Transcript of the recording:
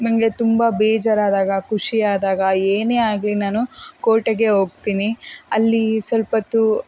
ನನಗೆ ತುಂಬ ಬೇಜಾರು ಆದಾಗ ಖುಷಿ ಆದಾಗ ಏನೇ ಆಗಲಿ ನಾನು ಕೋಟೆಗೆ ಹೋಗ್ತಿನಿ ಅಲ್ಲಿ ಸ್ವಲ್ಪ ಹೊತ್ತು